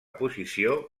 posició